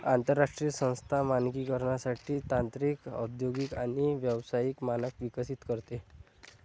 आंतरराष्ट्रीय संस्था मानकीकरणासाठी तांत्रिक औद्योगिक आणि व्यावसायिक मानक विकसित करते